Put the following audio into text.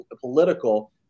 political